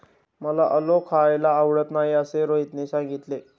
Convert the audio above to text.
मला आलं खायला आवडत नाही असे रोहितने सांगितले